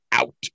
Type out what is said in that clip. Out